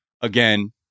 again